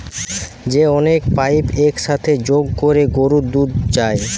যে অনেক পাইপ এক সাথে যোগ কোরে গরুর দুধ যায়